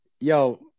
Yo